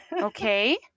okay